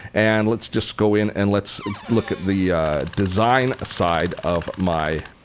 and let's just go in and let's look at the design side of my